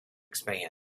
expand